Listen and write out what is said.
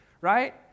right